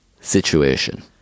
situation